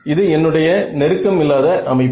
இது என்னுடைய நெருக்கம் இல்லாத அமைப்பு